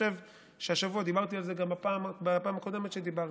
השבוע דיברתי על זה גם בפעם הקודמת שדיברתי: